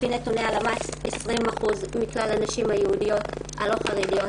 לפי נתוני הלמ"ס 20% מכלל הנשים היהודיות הלא חרדיות